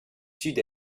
sud